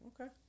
Okay